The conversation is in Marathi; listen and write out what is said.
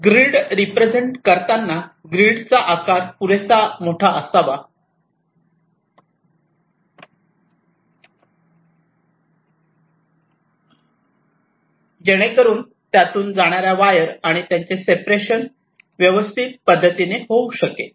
ग्रीड रिप्रेझेंट करताना ग्रीड चा आकार पुरेशा मोठा असावा जेणेकरून त्यातून जाणाऱ्या वायर आणि त्यांचे सेपरेशन व्यवस्थित पद्धतीने होऊ शकेल